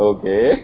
Okay